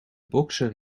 bokser